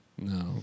No